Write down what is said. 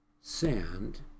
sand